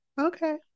Okay